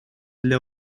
для